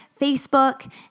Facebook